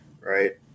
right